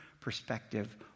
perspective